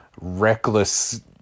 reckless